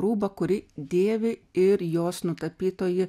rūbą kurį dėvi ir jos nutapytoji